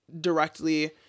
directly